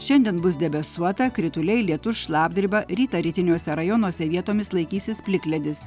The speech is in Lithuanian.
šiandien bus debesuota krituliai lietus šlapdriba rytą rytiniuose rajonuose vietomis laikysis plikledis